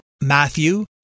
Matthew